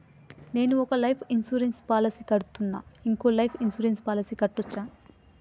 నేను ఒక life insurance policy కడ్తున్నా, ఇంకో లైఫ్ ఇన్సూరెన్స్ పాలసీ కట్టొచ్చా?